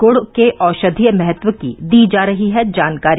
गुड़ के औषधीय महत्व की दी जा रही है जानकारी